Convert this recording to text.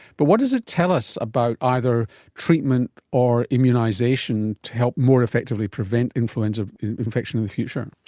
but what does it tell us about either treatment or immunisation to help more effectively prevent influenza infection in the future?